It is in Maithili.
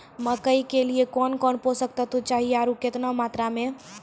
मकई के लिए कौन कौन पोसक तत्व चाहिए आरु केतना मात्रा मे?